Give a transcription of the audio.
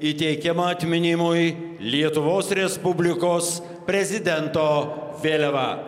įteikiama atminimui lietuvos respublikos prezidento vėliava